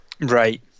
right